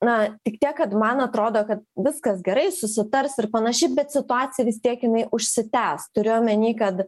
na tik tiek kad man atrodo kad viskas gerai susitars ir panašiai bet situacija vis tiek jinai užsitęs turiu omeny kad